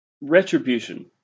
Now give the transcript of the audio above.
Retribution